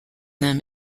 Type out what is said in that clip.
them